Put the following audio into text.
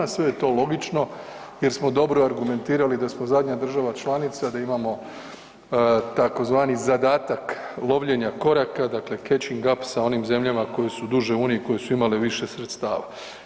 Sve je to logično jer smo dobro argumentirali da smo zadnja država članica, da imamo tzv. zadatak lovljenja koraka, dakle … [[Govornik se ne razumije]] sa onim zemljama koje su duže u uniji, koje su imale više sredstava.